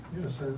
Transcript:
Yes